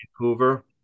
Vancouver